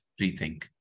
rethink